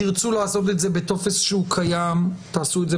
תרצו לעשות את זה בטופס קיים תעשו.